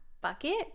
bucket